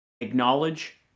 Acknowledge